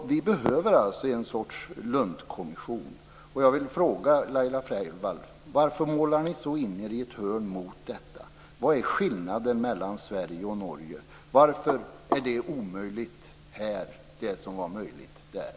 Vi behöver alltså en sorts Lundkommission. Jag vill fråga Laila Freivalds: Varför målar ni så in er i ett hörn mot detta? Vad är skillnaden mellan Sverige och Norge? Varför är det omöjligt här som var möjligt där?